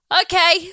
Okay